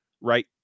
right